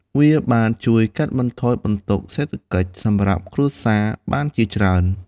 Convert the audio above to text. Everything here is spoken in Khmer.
វាបានជួយកាត់បន្ថយបន្ទុកសេដ្ឋកិច្ចសម្រាប់គ្រួសារបានជាច្រើន។